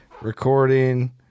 Recording